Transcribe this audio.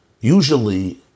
Usually